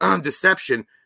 Deception